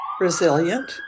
resilient